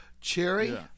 Cherry